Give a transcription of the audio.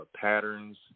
patterns